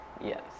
Yes